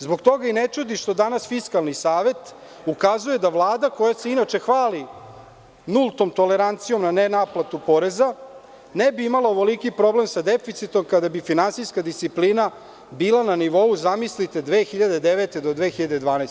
Zbog toga i ne čudi što danas Fiskalni savet ukazuje da Vlada, koja se inače hvali nultom tolerancijom na ne naplatu poreza, ne bi imala ovoliki problem sa deficitom kada bi finansijska disciplina bila na nivou, zamislite, od 2009. do 2012. godine.